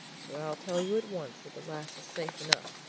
so i'll tell you at once that the lass is safe enough,